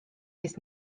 jest